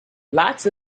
lots